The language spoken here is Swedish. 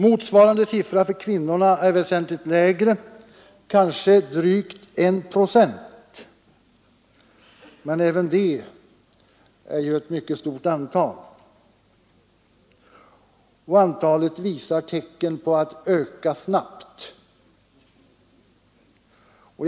Motsvarande procenttal för kvinnorna är väsentligt lägre, kanske drygt I procent, men även det blir ett stort antal. Tecken tyder också på att antalet alkoholberoende människor snabbt kommer att öka.